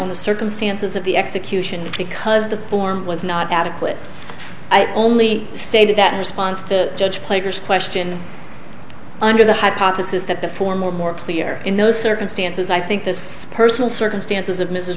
on the circumstances of the execution because the form was not adequate i only stated that in response to judge players question under the hypothesis that the former more clear in those circumstances i think this personal circumstances of